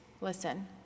listen